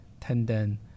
tendon